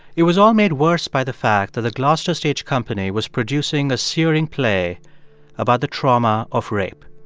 it was all made worse by the fact that the gloucester stage company was producing a searing play about the trauma of rape.